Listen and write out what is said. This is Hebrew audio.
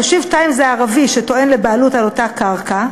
המשיב 2 זה הערבי שטוען לבעלות על אותה קרקע,